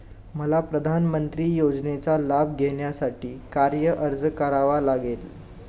मला प्रधानमंत्री योजनेचा लाभ घेण्यासाठी काय अर्ज करावा लागेल?